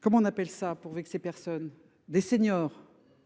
Comment on appelle ça, pourvu que ces personnes des seniors.